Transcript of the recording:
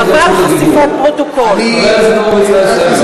חברת הכנסת יחימוביץ,